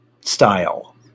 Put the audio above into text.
style